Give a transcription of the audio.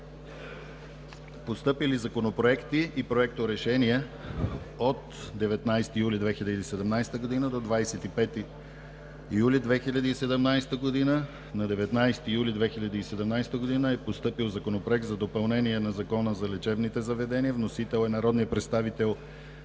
Постъпили законопроекти и проекторешения от 19 – 25 юли 2017 г.: На 19 юли 2017 г. е постъпил Законопроект за допълнение на Закона за лечебните заведения. Вносител е народният представител